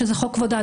שזה חוק יסוד: